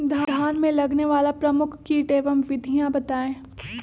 धान में लगने वाले प्रमुख कीट एवं विधियां बताएं?